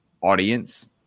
audience